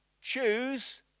choose